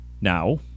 Now